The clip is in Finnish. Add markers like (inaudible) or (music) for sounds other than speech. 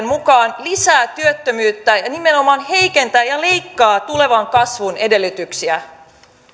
(unintelligible) mukaan lisäävät työttömyyttä ja nimenomaan heikentävät ja leikkaavat tulevan kasvun edellytyksiä